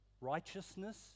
righteousness